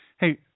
Hey